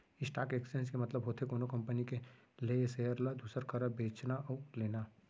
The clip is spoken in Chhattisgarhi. स्टॉक एक्सचेंज के मतलब होथे कोनो कंपनी के लेय सेयर ल दूसर करा बेचना अउ लेना